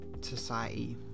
society